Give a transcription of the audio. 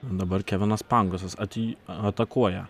dabar kevinas pangosas atj atakuoja